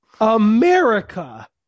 America